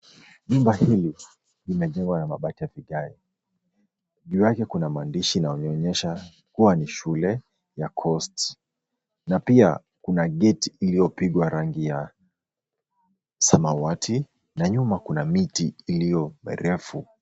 Nyumba hii, imejengwa na mabati ya kijani. Juu yake kuna maandishi inayoonyesha kuwa ni shule ya (cs)Coast(cs) na pia kuna gate iliyopigwa rangi ya samawati na nyuma kuna miti iliyo refu.